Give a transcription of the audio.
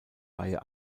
reihe